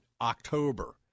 October